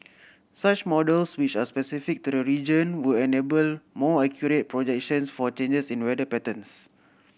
such models which are specific to the region would enable more accurate projections for changes in weather patterns